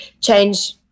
change